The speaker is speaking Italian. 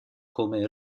come